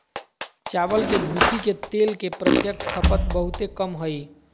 चावल के भूसी के तेल के प्रत्यक्ष खपत बहुते कम हइ